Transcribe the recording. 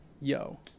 yo